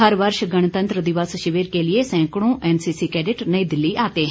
हर वर्ष गणतंत्र दिवस शिविर के लिए सैकड़ों एनसीसी कैडेट नई दिल्ली आते हैं